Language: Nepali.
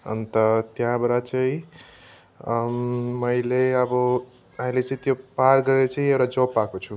अन्त त्यहाँबाट चाहिँ मैले अब अहिले चाहिँ त्यो पार गरेर चाहिँ एउटा जब पाएको छु